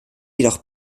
jedoch